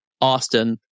Austin